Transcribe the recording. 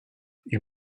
ich